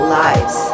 lives